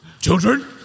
Children